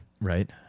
right